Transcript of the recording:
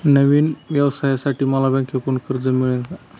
नवीन व्यवसायासाठी मला बँकेकडून कर्ज मिळेल का?